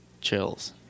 chills